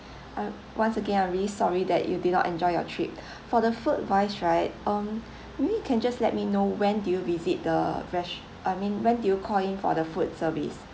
uh once again I'm really sorry that you did not enjoy your trip for the food wise right um maybe you can just let me know when do you visit the res~ I mean when do you call in for the food service